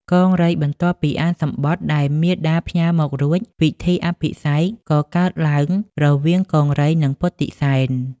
កង្រីបន្ទាប់ពីអានសំបុត្រដែលមាតាផ្ញើមករួច ពិធីអភិសេកក៏កើតឡើងរវាងកង្រីនិងពុទ្ធិសែន។